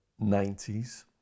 90s